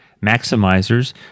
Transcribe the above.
maximizers